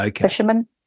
fisherman